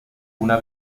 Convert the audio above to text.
una